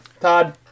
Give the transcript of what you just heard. Todd